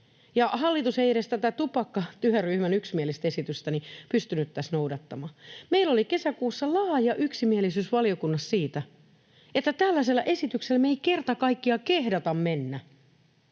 hallitus ei edes tätä tupakkatyöryhmän yksimielistä esitystä pystynyt tässä noudattamaan. Meillä oli kesäkuussa laaja yksimielisyys valiokunnassa siitä, että tällaisella esityksellä me ei kerta kaikkiaan kehdata mennä,